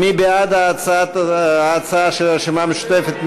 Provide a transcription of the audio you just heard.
מי בעד ההצעה של הרשימה המשותפת?